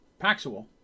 Paxual